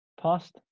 Past